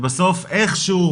ובסוף איכשהו,